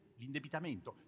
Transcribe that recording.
l'indebitamento